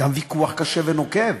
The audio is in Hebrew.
ויכוח קשה ונוקב,